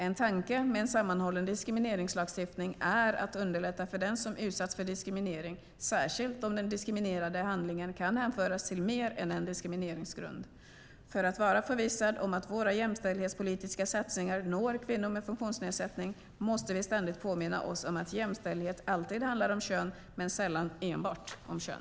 En tanke med en sammanhållen diskrimineringslagstiftning är att underlätta för den som utsatts för diskriminering, särskilt om den diskriminerande handlingen kan hänföras till mer än en diskrimineringsgrund. För att vara förvissade om att våra jämställdhetspolitiska satsningar når kvinnor med funktionsnedsättning måste vi ständigt påminna oss om att jämställdhet alltid handlar om kön men sällan enbart om kön.